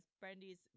Brandy's